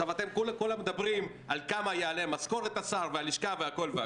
כולם מדברים כמה תעלה משכורת השר והלשכה והכול.